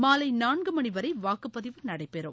மாலை நான்கு மணி வரை வாக்குப்பதிவு நடைபெறும்